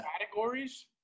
categories